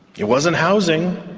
it wasn't housing,